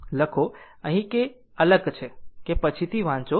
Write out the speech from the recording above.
લખો અહીં છે કે જે એક અલગ છે કે પછીથી વાંચો